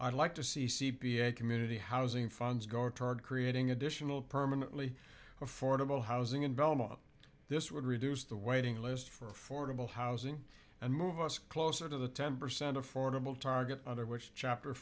i'd like to see c p a community housing funds go toward creating additional permanently affordable housing in belmont this would reduce the waiting list for fordable housing and move us closer to the ten percent affordable target under which chapter